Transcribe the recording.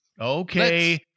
Okay